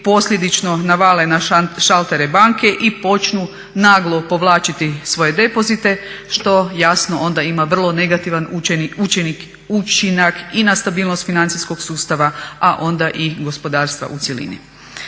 posljedično navale na šaltere banke i počnu naglo povlačiti svoje depozite što jasno onda ima vrlo negativan učinak i na stabilnost financijskog sustava a onda i gospodarstva u cjelini.